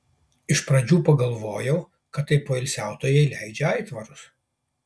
iš pradžių pagalvojau kad tai poilsiautojai leidžia aitvarus